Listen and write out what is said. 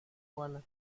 juana